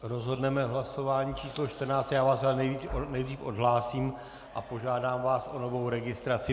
Rozhodneme v hlasování číslo 14, já vás ale nejdříve odhlásím a požádám vás o novou registraci.